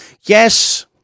yes